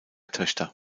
töchter